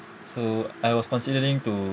so I was considering to